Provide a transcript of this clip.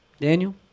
daniel